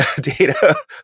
Data